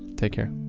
take care